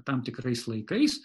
tam tikrais laikais